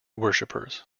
worshippers